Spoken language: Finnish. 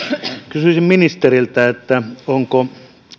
kysyisin ministeriltä ovatko